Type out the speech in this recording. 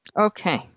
Okay